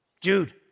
Jude